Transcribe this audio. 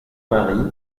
mari